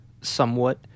somewhat